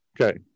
Okay